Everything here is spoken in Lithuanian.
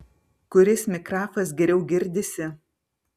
kuris mikrafas geriau girdisi